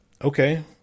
Okay